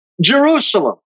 Jerusalem